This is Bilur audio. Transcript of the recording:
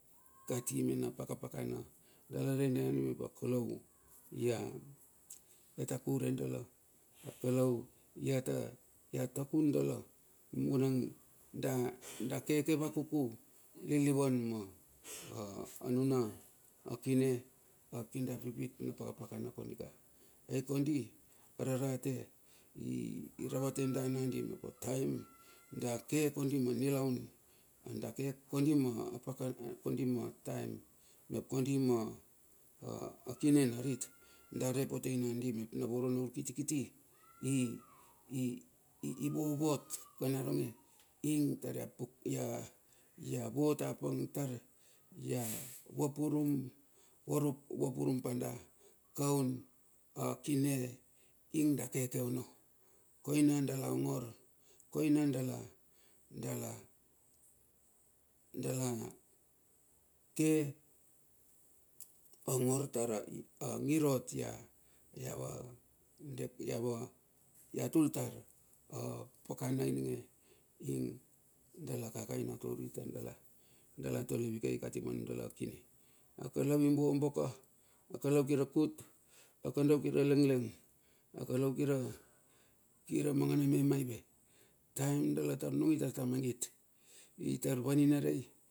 Kati mena paka pakana. dalar arei nandi mep a kalou ia. ia takure dala kalou ia takun dala, vunang da keke vakuku lilivan ma anuna kine ap kir da pipit na paka pakana kondika. Ai kondi ararate i ravate da nangadi mep. ataem da ke kondi ma nilaun, a kine narit. da re potei nandi mep navoro na urkiti kiti. i. i ivovot ka naronge ing taria vot apang tar ia vapurum pa da kaun akine ing da keke ono. Koina dala ongor, koina dala. dala. dala ke ongongor ta ra ngir ot ia, iava. dek ia va ia tul tar a pakana ininge ing dala kakaina tauri tar dala, dala tole vikei manundala kine. A kalou i bobo ka, a kalou kiri kut, a kalou kira lengleng, a kalou kir. kira amangana me maive, taem dala tar nungi tar ta mangit itar vavinarei.